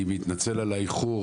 אני מתנצל על האיחור,